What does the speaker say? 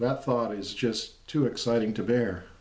the thought is just too exciting to bear